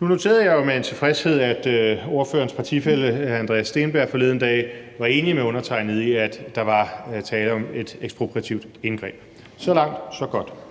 Nu noterede jeg mig jo med tilfredshed, at ordførerens partifælle hr. Andreas Steenberg forleden dag var enig med undertegnede i, at der var tale om et ekspropriativt indgreb – så langt, så godt.